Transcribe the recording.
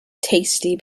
tasty